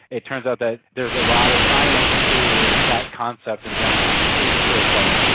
it turns out that there is a lot of science to that concept in general, which is really exciting.